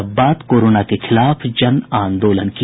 और अब बात कोरोना के खिलाफ जनआंदोलन की